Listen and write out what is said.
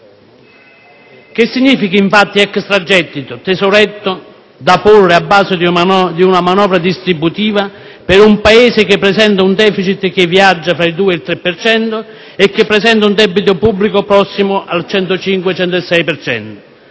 Cosa significa infatti extragettito, tesoretto da porre a base di una manovra distributiva per un Paese che presenta un *deficit* che viaggia fra il 2 e il 3 per cento e che presenta un debito pubblico prossimo al 105‑106